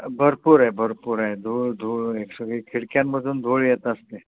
भरपूर आहे भरपूर आहे धूळ धूळ सगळ्या खिडक्यांमधून धूळ येत असते